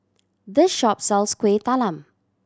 this shop sells Kuih Talam